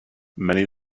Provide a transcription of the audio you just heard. many